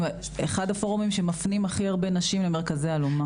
הם אחד הפורומים שמפנים הכי הרבה נשים למרכזי אלומה.